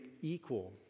equal